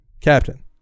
Captain